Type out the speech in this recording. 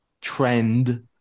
trend